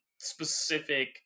specific